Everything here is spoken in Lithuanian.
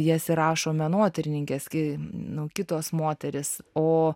jas įrašo menotyrininkės kai nuo kitos moterys o